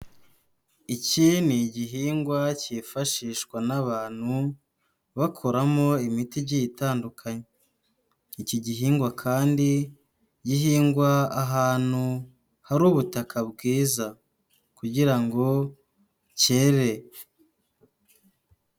Iki ni igihingwa kifashishwa n'abantu bakoramo imiti igiye itandukanye, iki gihingwa kandi gihingwa ahantu hari ubutaka bwiza kugira ngo kere.